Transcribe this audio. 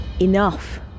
enough